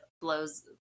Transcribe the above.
blows